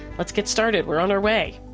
let's get started, we're on our way.